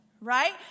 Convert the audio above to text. right